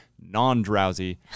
non-drowsy